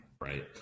right